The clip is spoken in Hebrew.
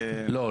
לא.